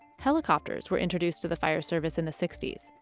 helicopters were introduced to the fire service in the sixty s.